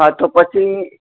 હા તો પછી